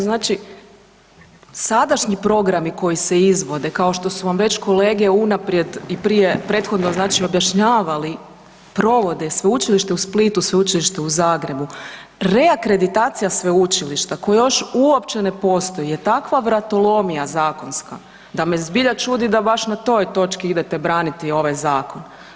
Znači sadašnji programi koji se izvode kao što su vam već kolege unaprijed i prije prethodno objašnjavali provode, Sveučilište u Splitu, Sveučilište u Zagrebu reakreditacija sveučilišta koja još uopće ne postoji je takva vratolomija zakonska da me zbilja čudi da baš na toj točki idete braniti ovaj zakon.